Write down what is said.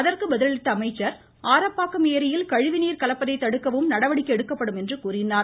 அதற்கு பதிலளித்த அமைச்சர் ஆரப்பாக்கம் ஏரியில் கழிவு நீர் கலப்பதை தடுக்கவும் நடவடிக்கை எடுக்கப்படும் என்றார்